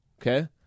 Okay